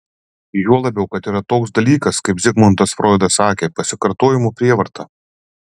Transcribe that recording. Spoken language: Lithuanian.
juo labiau kad yra toks dalykas kaip zigmundas froidas sakė pasikartojimo prievarta